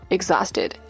Exhausted